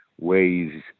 ways